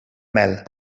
mel